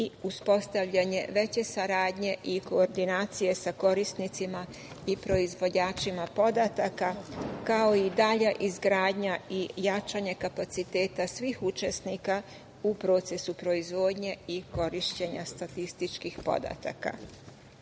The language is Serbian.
i uspostavljanje veće saradnje i koordinacije sa korisnicima i proizvođačima podataka, kao i dalja izgradnja i jačanje kapaciteta svih učesnika u procesu proizvodnje i korišćenja statističkih podataka. Konačno,